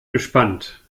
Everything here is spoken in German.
gespannt